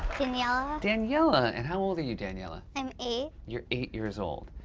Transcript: daniela. daniela. and how old are you, daniela? i'm eight. you're eight years old.